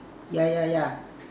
yeah yeah yeah